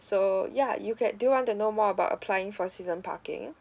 so ya you can do you want to know more about applying for season parking